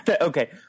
Okay